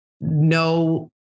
no